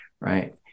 Right